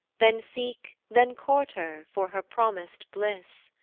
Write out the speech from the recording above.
then seek, then court her for her promis'd bliss.